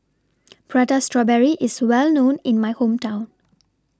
Prata Strawberry IS Well known in My Hometown